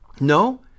No